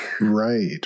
Right